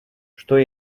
что